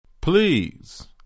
Please